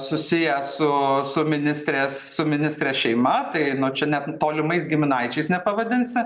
susiję su su ministrės su ministrės šeima tai nu čia net tolimais giminaičiais nepavadinsi